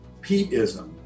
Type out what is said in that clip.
Pete-ism